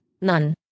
none